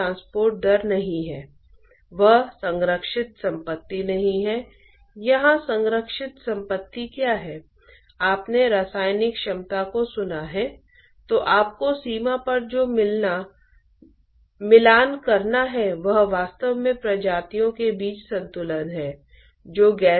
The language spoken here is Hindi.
ट्रांसपोर्ट समीकरण जो ट्रांसपोर्ट प्रक्रिया को मापेंगा सभी तीन मोमेंटम हीट और मास्स ट्रांसपोर्ट देखेंगे